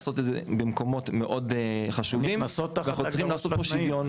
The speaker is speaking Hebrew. עושות את זה במקומות מאוד חשובים ואנחנו צריכים לעשות פה שוויון.